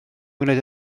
wneud